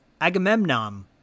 Agamemnon